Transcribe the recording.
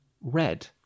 red